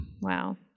Wow